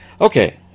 Okay